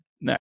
next